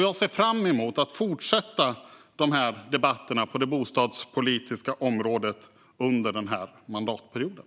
Jag ser fram emot att fortsätta debatterna på det bostadspolitiska området under mandatperioden.